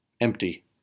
empty